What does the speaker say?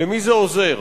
למי זה עוזר?